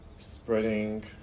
Spreading